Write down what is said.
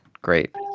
Great